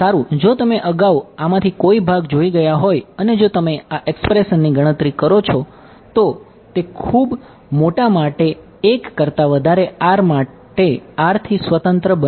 સારું જો તમે અગાઉ આમાંથી કોઈ ભાગ જોઈ ગયા હોય અને જો તમે આ એક્સપ્રેશનની ગણતરી કરો છો તો તે ખૂબ મોટા માટે 1 કરતા વધારે r માટે r થી સ્વતંત્ર બનશે